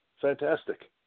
fantastic